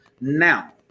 Now